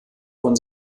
von